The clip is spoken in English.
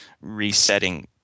resetting